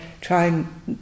trying